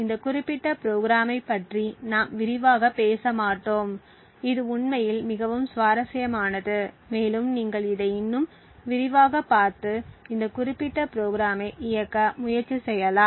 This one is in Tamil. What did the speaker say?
இந்த குறிப்பிட்ட ப்ரோகிராம்மைப் பற்றி நாம் விரிவாகப் பேச மாட்டோம் இது உண்மையில் மிகவும் சுவாரஸ்யமானது மேலும் நீங்கள் இதை இன்னும் விரிவாகப் பார்த்து இந்த குறிப்பிட்ட ப்ரோகிராம்மை இயக்க முயற்சி செய்யலாம்